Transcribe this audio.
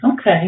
Okay